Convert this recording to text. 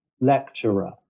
lecturer